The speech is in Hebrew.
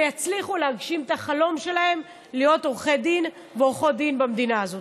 ויצליחו להגשים את החלום שלהם להיות עורכי דין ועורכות דין במדינה הזאת.